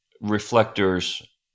reflectors